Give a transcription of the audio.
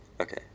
Okay